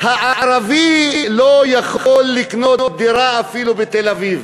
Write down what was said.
הערבי לא יכול לקנות דירה אפילו בתל-אביב.